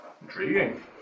Intriguing